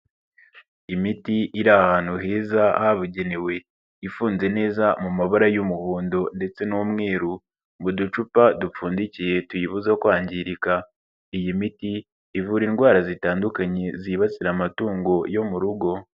Imiti iri ahantu heza habugenewe ifunze neza mu mabara y'umuhondo ndetse n'umweru, mu ducupa dupfundikiye tuyibuza kwangirika, iyi miti ivura indwara zitandukanye zibasira amatungo yo mu rugo.